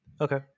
okay